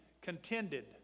contended